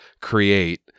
create